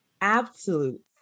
absolute